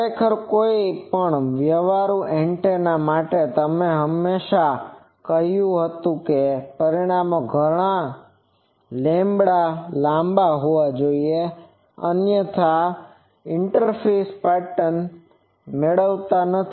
ખરેખર કોઈપણ વ્યવહારુ એન્ટેના માટે તમે હંમેશાં કહ્યું હતું કે પરિમાણો ઘણા લેમ્બડા λ લાંબા હોવા જોઈએ અન્યથા તમે ઇન્ટરફેસ પેટર્ન મેળવતા નથી